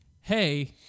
hey